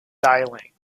dialing